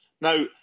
Now